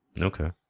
Okay